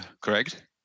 correct